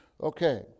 Okay